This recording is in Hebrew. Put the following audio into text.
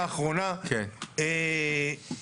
ההיטל יכול להישאר בעסק.